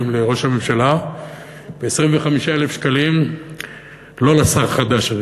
לראש הממשלה ו-25,000 שקלים לא לשר החדש,